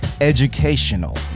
educational